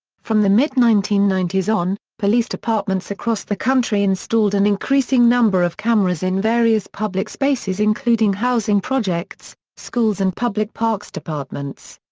from the mid nineteen ninety s on, police departments across the country installed an increasing number of cameras in various public spaces including housing projects, schools and public parks departments.